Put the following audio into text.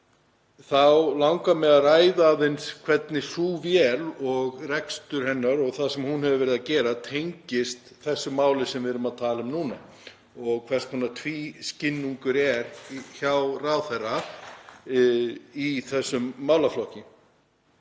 þá langar mig að ræða aðeins hvernig sú vél og rekstur hennar, og það sem hún hefur verið að gera, tengist því máli sem við erum að tala um núna og hvers konar tvískinnungur er hjá ráðherra í þessum málaflokki.